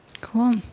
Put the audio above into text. Cool